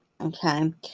Okay